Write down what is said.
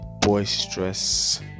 boisterous